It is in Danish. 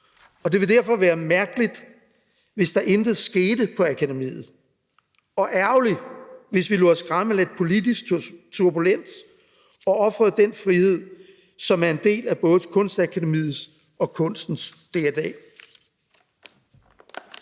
og det ville derfor være mærkeligt, hvis der intet skete på akademiet, og ærgerligt, hvis vi lod os skræmme af lidt politisk turbulens og ofrede den frihed, som er en del af både Kunstakademiets og kunstens dna.